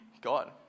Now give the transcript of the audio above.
God